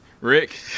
rick